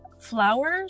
flowers